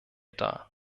dar